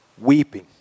weeping